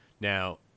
Now